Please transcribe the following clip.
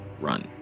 run